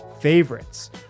favorites